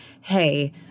hey